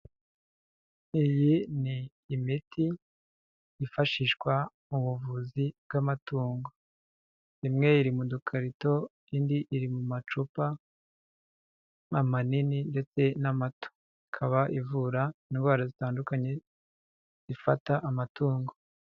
Iyi ni imiti yifashishwa mu buvuzi bw'amatungo, imwe iri mu duka rito, indi iri mu macupa amanini ndetse n'amata, ikaba ivura indwara zitandukanye, zifata amatungo.